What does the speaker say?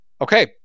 Okay